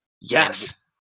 Yes